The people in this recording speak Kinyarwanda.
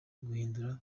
guhindura